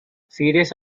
serious